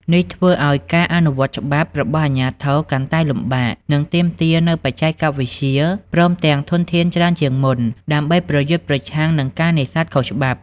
នេះធ្វើឲ្យការអនុវត្តច្បាប់របស់អាជ្ញាធរកាន់តែលំបាក និងទាមទារនូវបច្ចេកវិទ្យា ព្រមទាំងធនធានច្រើនជាងមុនដើម្បីប្រយុទ្ធប្រឆាំងនឹងការនេសាទខុសច្បាប់។